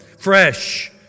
fresh